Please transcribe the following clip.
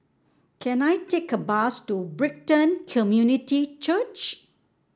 can I take a bus to Brighton Community Church